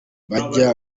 bajya